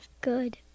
Good